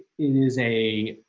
is a